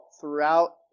throughout